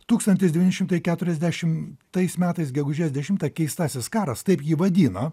tūkstantis devyni šimtai keturiasdešim tais metais gegužės dešimtą keistasis karas taip jį vadino